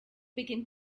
begin